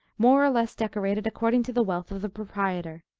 more or less decorated according to the wealth of the proprietor.